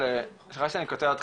סליחה שאני קוטע אותך,